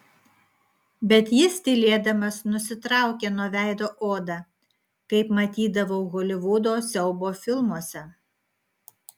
bet jis tylėdamas nusitraukė nuo veido odą kaip matydavau holivudo siaubo filmuose